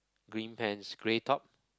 green pants grey top